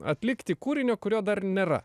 atlikti kūrinį kurio dar nėra